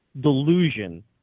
delusion